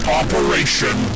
operation